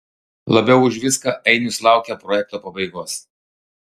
labiau už viską ainius laukia projekto pabaigos